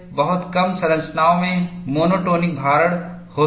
बहुत कम संरचनाओं में मोनोटोनिक भारण होती है